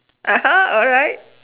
(uh huh) alright